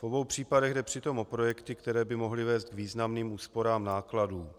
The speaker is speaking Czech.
V obou případech jde přitom o projekty, které by mohly vést k významným úsporám nákladů.